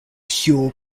pure